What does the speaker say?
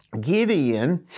Gideon